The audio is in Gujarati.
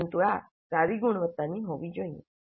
પરંતુ આ સારી ગુણવત્તાની હોવી જોઈએ